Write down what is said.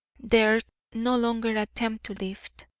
dared no longer attempt to lift.